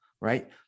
right